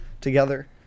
together